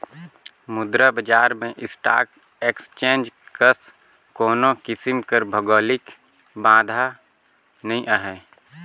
मुद्रा बजार में स्टाक एक्सचेंज कस कोनो किसिम कर भौगौलिक बांधा नी होए